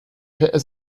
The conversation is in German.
per